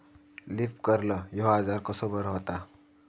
Leaf curl ह्यो आजार कसो बरो व्हता?